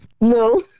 No